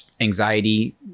anxiety